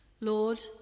Lord